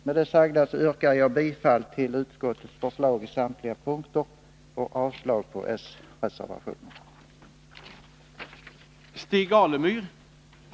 Med det sagda yrkar jag bifall till utskottets förslag på samtliga punkter och avslag på de socialdemokratiska reservationerna.